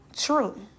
true